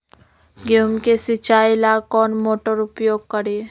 गेंहू के सिंचाई ला कौन मोटर उपयोग करी?